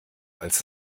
als